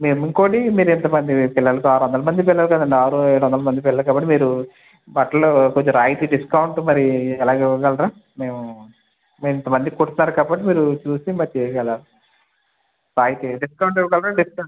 మేం ఇంకొకటి మీరు ఇంత మంది పిల్లలు ఆరు వందల మంది పిల్లలు కద అండీ ఆరు ఏడు వందల మంది పిల్లలు కాబట్టి మీరు బట్టలు కొద్దిగా రాయితీ డిస్కౌంట్ మరి ఎలాగ ఇవ్వగలరా మేము మేము ఇంత మందికి కుడుతున్నారు కాబట్టి మీరు చూసి చెయ్యాలి రాయితీ డిస్కౌంట్ ఇవ్వగలరా డిస్కౌంట్